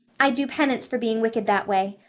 i'd do penance for being wicked that way.